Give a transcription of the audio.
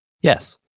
yes